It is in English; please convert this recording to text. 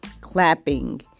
clapping